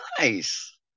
Nice